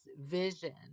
vision